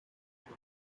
oath